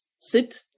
sit